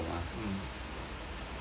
mm